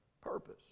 purpose